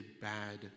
bad